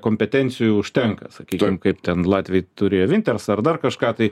kompetencijų užtenka sakykim kaip ten latviai turėjo vinters ar dar kažką tai